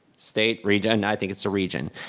state, region, i think it's the region.